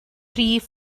rhif